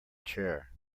chair